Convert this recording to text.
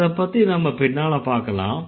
அதப்பத்தி நாம பின்னால பாக்கலாம்